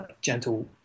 gentle